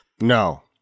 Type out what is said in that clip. No